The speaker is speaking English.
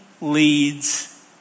leads